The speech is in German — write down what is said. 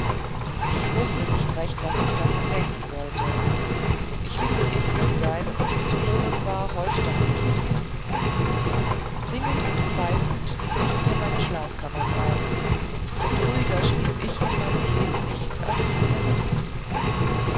ich wußte nicht recht was ich davon denken sollte ich ließ es eben gut sein zu holen war heut doch nichts mehr singend und pfeifend ließ ich mir meine schlafkammer zeigen und ruhiger schlief ich in meinem leben nicht als diese nacht